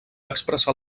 expressar